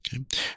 okay